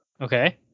Okay